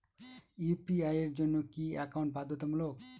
UPI এর জন্য কি একাউন্ট বাধ্যতামূলক?